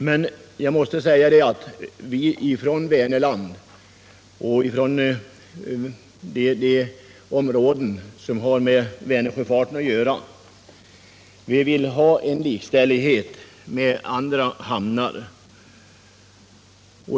Men jag vill ändå understryka att vi från Vänerland och från de områden som berörs av Vänersjöfarten vill ha en likställighet med andra hamnar.